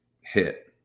hit